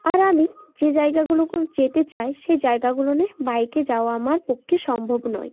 আর আমি যে জায়গাগুলো যেতে চাই সেই জায়গাগুলোতে বাইকে যাওয়া আমার পক্ষে সম্ভব নয়